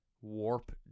warp